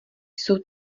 jsou